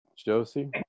Josie